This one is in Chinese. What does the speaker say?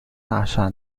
大厦